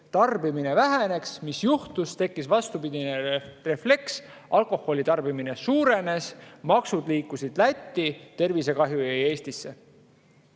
tarbimine väheneks, mis juhtus? Tekkis vastupidine refleks: alkoholi tarbimine suurenes, maksud liikusid Lätti, tervisekahju jäi Eestisse.